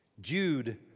Jude